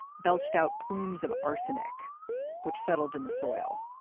belched out plumes of arsenic which settled in the soil.